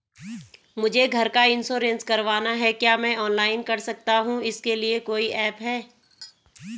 मुझे घर का इन्श्योरेंस करवाना है क्या मैं ऑनलाइन कर सकता हूँ इसके लिए कोई ऐप है?